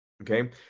Okay